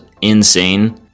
insane